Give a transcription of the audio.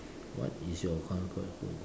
what is your comfort food